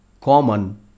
common